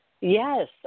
Yes